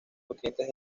nutrientes